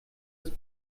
ist